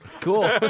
Cool